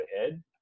ahead